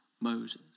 Moses